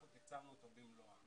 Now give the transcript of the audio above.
אנחנו תקצבנו אותה במלואה.